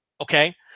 Okay